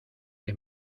que